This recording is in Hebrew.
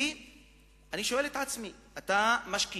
כי אני שואל את עצמי: אתה משקיע